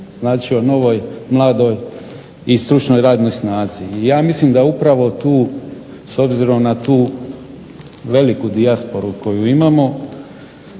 Znači, o novoj mladoj i stručnoj radnoj snazi. Ja mislim da upravo tu s obzirom na tu veliku dijasporu koju imamo